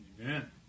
Amen